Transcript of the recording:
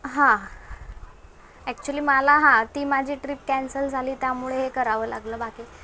हां ॲक्च्युली मला हां ती माझी ट्रिप कॅन्सल झाली त्यामुळे हे करावं लागलं बाकी